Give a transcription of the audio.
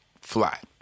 flat